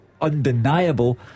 Undeniable